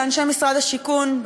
לאנשי משרד השיכון,